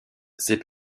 ces